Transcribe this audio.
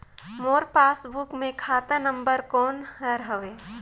मोर passbook मे खाता number कोन हर हवे?